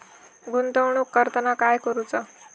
गुंतवणूक करताना काय करुचा?